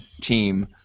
team